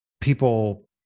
people